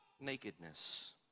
nakedness